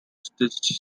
stitched